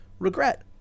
Regret